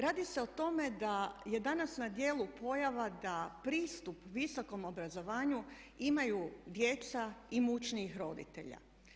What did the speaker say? Radi se o tome da je danas na djelu pojava da pristup visokom obrazovanju imaju djeca imućnijih roditelja.